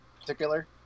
particular